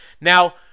Now